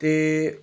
ਅਤੇ